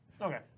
Okay